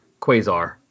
quasar